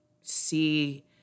see